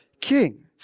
king